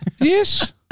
Yes